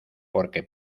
porque